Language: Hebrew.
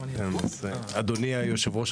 אדוני היושב-ראש,